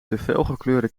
felgekleurde